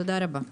תודה רבה.